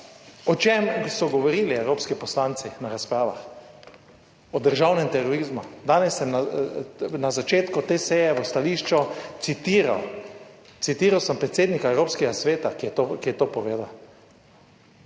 o čem so govorili evropski poslanci na razpravah. O državnem terorizmu. Danes sem na začetku te seje v stališču citiral, citiral sem predsednika Evropskega sveta, ki je, ki je to povedal.